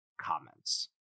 comments